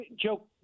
Joe